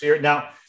Now